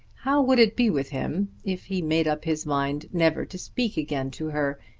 how would it be with him if he made up his mind never to speak again to her,